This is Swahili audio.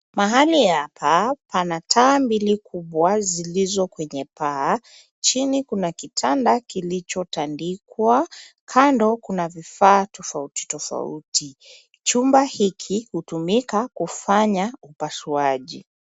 Mahali hapa pana taa mbili kubwa zilizo kwenye paa. Chini kuna kitanda kilichotandikwa. Kando kuna vifaa tofauti tofauti. Chumba hiki hutumika kufanya upasuaji.